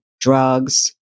drugs